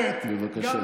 בבקשה.